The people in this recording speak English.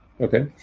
Okay